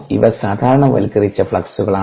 ഇവ സാധാരണവൽക്കരിച്ച ഫ്ലക്സുകളാണ്